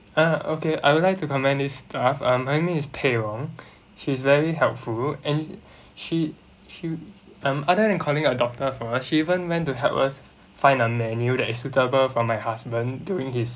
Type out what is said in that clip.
ah okay I would like to commend this staff um her name is pei rong she's very helpful and she she um other than calling a doctor for us she even went to help us find a menu that is suitable for my husband during his